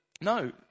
no